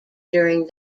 during